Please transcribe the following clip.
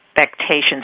expectations